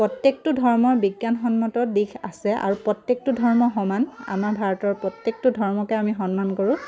প্ৰত্যেকটো ধৰ্মৰ বিজ্ঞানসন্মত দিশ আছে আৰু প্ৰত্যেকটো ধৰ্ম সমান আমাৰ ভাৰতৰ প্ৰত্যেকটো ধৰ্মকে আমি সন্মান কৰোঁ